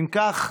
אם כך,